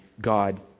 God